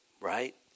Right